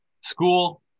school